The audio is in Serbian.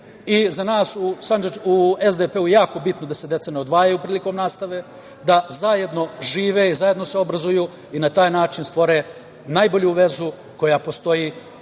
nas u SDP je jako bitno da se deca ne odvajaju prilikom nastave, da zajedno žive i zajedno se obrazuju i na taj način stvore najbolju vezu koja postoji